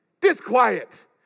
Disquiet